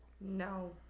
No